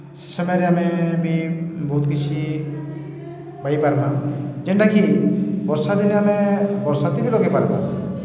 ସମୟରେ ଆମେ ବି ବହୁତ୍ କିଛି ପାଇପାର୍ମା ଯେନ୍ଟାକି ବର୍ଷା ଦିନେ ଆମେ ବର୍ଷା ଦିନେ ଲଗେଇ ପାର୍ମା